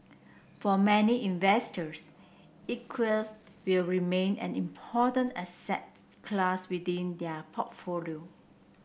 for many investors will remain an important asset class within their portfolio